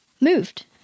moved